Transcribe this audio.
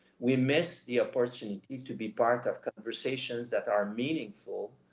we miss the opportunity to be part of conversations that are meaningful,